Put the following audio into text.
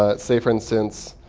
ah say, for instance,